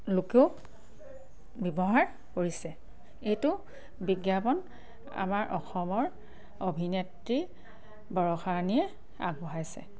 লোকেও ব্যৱহাৰ কৰিছে এইটো বিজ্ঞাপন আমাৰ অসমৰ অভিনেত্ৰী বৰষাৰণীয়ে আগবঢ়াইছে